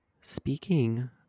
speaking